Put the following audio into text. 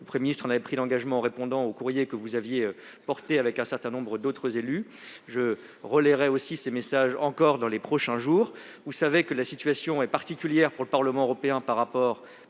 le Premier ministre en avait pris l'engagement en répondant au courrier que vous aviez porté avec un certain nombre d'autres élus. Je relaierai de nouveau ces messages lors des prochains jours. Vous savez que la situation du Parlement européen est